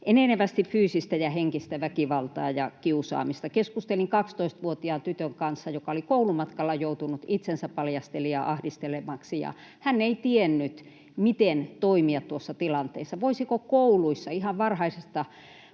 enenevästi fyysistä ja henkistä väkivaltaa ja kiusaamista. Keskustelin 12-vuotiaan tytön kanssa, joka oli koulumatkalla joutunut itsensäpaljastelijan ahdistelemaksi, ja hän ei tiennyt, miten toimia tuossa tilanteessa. Voisiko kouluissa ihan varhaisesta